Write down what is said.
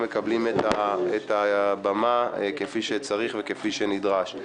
מקבלים את הבמה כפי שצריך וכפי שנדרש.